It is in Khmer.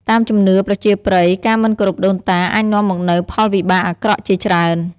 តាមជំនឿប្រជាប្រិយ ការមិនគោរពដូនតាអាចនាំមកនូវផលវិបាកអាក្រក់ជាច្រើន។